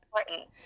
important